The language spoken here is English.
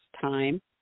time